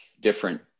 different